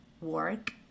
work